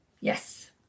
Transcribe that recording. Yes